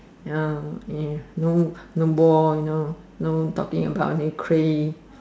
uh and no no more you know no talking about